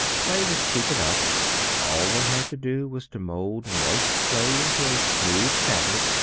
clay was cheap enough all one had to do was to mould moist clay into a smooth tablet,